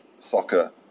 soccer